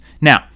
now